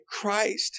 Christ